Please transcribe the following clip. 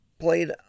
played